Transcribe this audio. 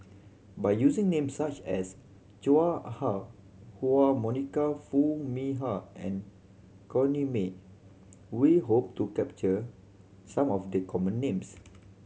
by using names such as Chua Ah Huwa Monica Foo Mee Har and Corrinne May we hope to capture some of the common names